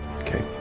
Okay